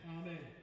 Amen